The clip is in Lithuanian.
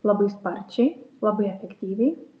labai sparčiai labai efektyviai